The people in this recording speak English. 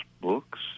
Books